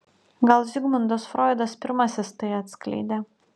gal zigmundas froidas pirmasis tai atskleidė